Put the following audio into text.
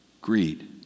Greed